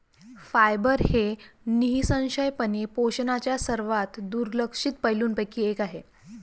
fibre हे निःसंशयपणे पोषणाच्या सर्वात दुर्लक्षित पैलूंपैकी एक आहे